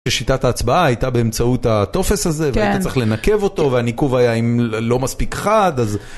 שיטת ההצבעה הייתה באמצעות הטופס הזה והיית צריך לנקב אותו והניקוב היה אם לא מספיק חד אז